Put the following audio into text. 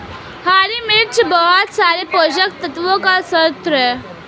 हरी मिर्च बहुत सारे पोषक तत्वों का स्रोत है